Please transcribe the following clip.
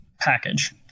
package